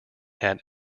had